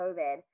COVID